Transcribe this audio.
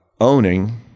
owning